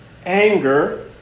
Anger